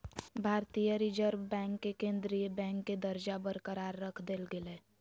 भारतीय reserve bank के केंद्रीय बैंक के दर्जा बरकरार रख देल गेलय